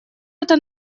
это